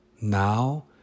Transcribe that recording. now